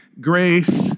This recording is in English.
grace